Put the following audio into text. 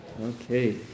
Okay